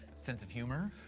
sense of humor.